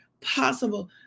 possible